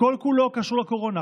שהוא כל-כולו קשור לקורונה,